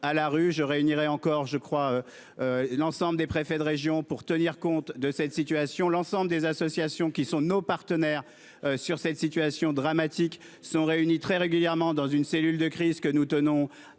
je réunirai encore je crois. L'ensemble des préfets de région pour tenir compte de cette situation, l'ensemble des associations qui sont nos partenaires sur cette situation dramatique sont réunies très régulièrement dans une cellule de crise que nous tenons avec